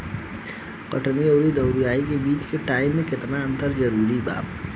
कटनी आउर दऊनी के बीच के टाइम मे केतना अंतर जरूरी बा?